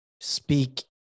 speak